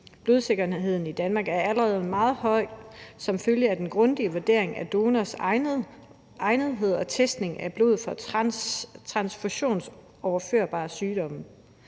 Blodsikkerheden i Danmark er allerede meget høj som følge af den grundige vurdering af donorers egnethed og testning af blod for transfusionsoverførbare sygdomme,